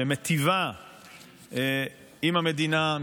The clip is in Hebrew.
שמיטיבה עם המדינה,